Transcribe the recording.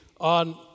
on